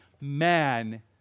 man